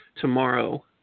tomorrow